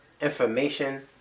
information